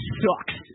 sucks